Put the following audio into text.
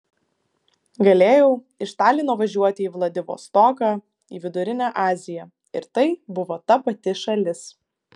galėjau iš talino važiuoti į vladivostoką į vidurinę aziją ir tai buvo ta pati šalis